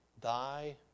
Thy